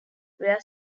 where